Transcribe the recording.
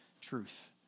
truth